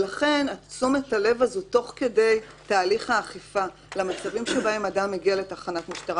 לכן תשומת הלב תוך כדי תהליך האכיפה למצבים שבהם אדם מגיע לתחנת משטרה